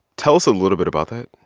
tell us a little bit about that?